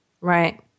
Right